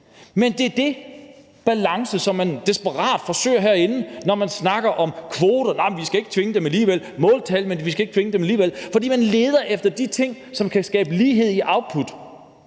Men det er den balance, som man herinde desperat forsøger at finde, når man snakker om kvoter og siger, at nej, men vi skal ikke tvinge dem alligevel, og måltal og siger, at nej, men vi skal ikke tvinge dem alligevel, fordi man leder efter de ting, som kan skabe lighed i output.